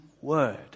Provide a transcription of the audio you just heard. word